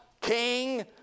King